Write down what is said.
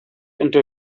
into